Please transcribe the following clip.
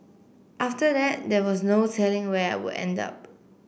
after that there was no telling where I would end up